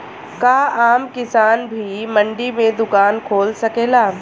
का आम किसान भी मंडी में दुकान खोल सकेला?